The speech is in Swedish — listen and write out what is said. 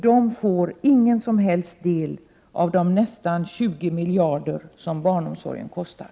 De får ingen som helst del av de nästan 20 miljarder som barnomsorgen kostar.